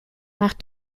nach